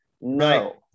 No